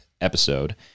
episode